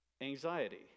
Anxiety